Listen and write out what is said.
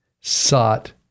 sought